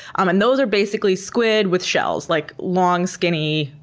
um and those are basically squid with shells, like long, skinny,